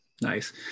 nice